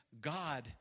God